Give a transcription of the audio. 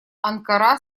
анкара